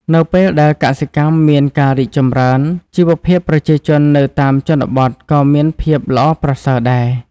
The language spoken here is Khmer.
នៅពេលដែលកសិកម្មមានការរីកចម្រើន ជីវភាពប្រជាជននៅតាមជនបទក៏មានភាពល្អប្រសើរដែរ។